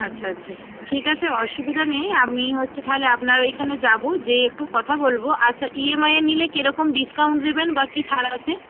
আচ্ছা আচ্ছা ঠিক আছে অসুবিধা নেই আমি হচ্ছে তাহালে আপনার ওইখানে যাব যেয়ে একটু কথা বলব আচ্ছা ই এম আইএ নিলে কেরকম ডিসকাউন্ট দেবেন বা কি ছাড় আছে